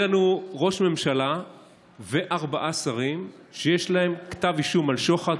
יהיה לנו ראש ממשלה וארבעה שרים שיש להם כתב אישום על שוחד,